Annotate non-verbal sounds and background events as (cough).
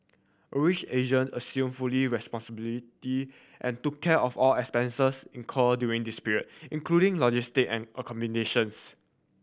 (unintelligible) Asia assumed full responsibility and took care of all expenses incurred during this period including logistic and accommodations